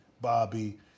Bobby